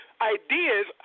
ideas